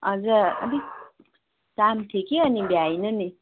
हजुर काम थियो कि अनि भ्याइन नि